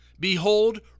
Behold